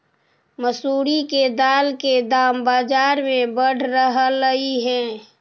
मसूरी के दाल के दाम बजार में बढ़ रहलई हे